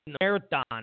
marathon